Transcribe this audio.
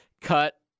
cut